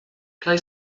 play